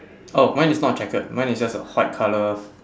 oh mine is not checkered mine is just a white colour